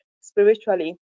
spiritually